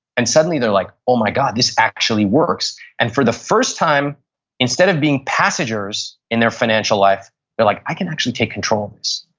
and suddenly they're like, oh my god, this actually works. and for the first time instead of being passengers in their financial life they're like, i can actually take control of this.